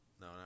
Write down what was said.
No